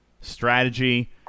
strategy